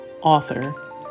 author